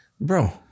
bro